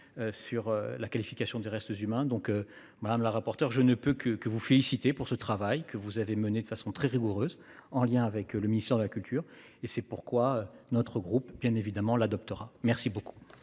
sur la qualification des restes humains. Madame la rapporteure, je ne peux donc que vous féliciter pour ce travail que vous avez mené de façon très rigoureuse, en lien avec le ministère de la culture. C'est pourquoi notre groupe votera ce texte.